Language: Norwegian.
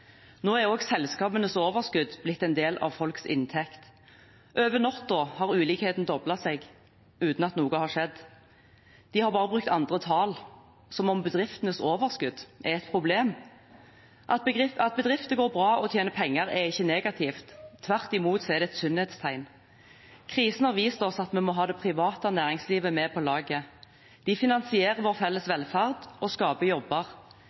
Nå er også selskapenes overskudd blitt en del av folks inntekt. Over natten hadde ulikheten doblet seg, uten at noe hadde skjedd. De har bare brukt andre tall. Som om bedriftenes overskudd er et problem? At bedrifter går bra og tjener penger, er ikke negativt. Tvert imot er det et sunnhetstegn. Krisen har vist oss at vi må ha det private næringslivet med på laget. De finansierer vår felles velferd og skaper jobber,